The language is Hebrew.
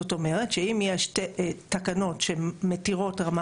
זאת אומרת שאם יש תקנות שמתירות רמה